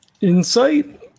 Insight